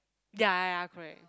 ya ya ya correct